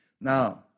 Now